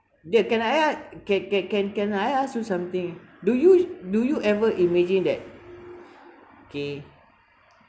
dear can I ask can can can I ask you something do you do you ever imagine that okay